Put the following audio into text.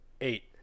Eight